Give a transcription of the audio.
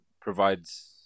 provides